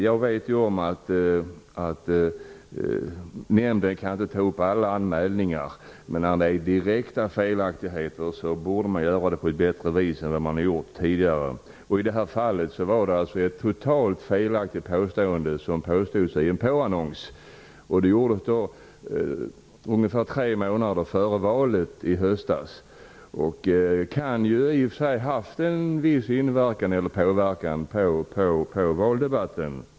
Jag vet att nämnden inte kan ta upp alla anmälningar. Men när det är direkta felaktigheter borde man göra det på ett bättre vis än man har gjort tidigare. I det fall jag tar upp var det ett totalt felaktigt påstående som framfördes i en påannons. Det gjordes ungefär tre månader före valet i höstas. Det kan i och för sig ha haft en viss inverkan på valdebatten.